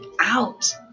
out